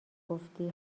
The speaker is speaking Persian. گفتی